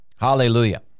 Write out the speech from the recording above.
Hallelujah